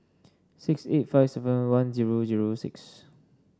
six eight five seven one zero zero six